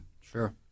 Sure